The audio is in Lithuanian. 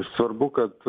svarbu kad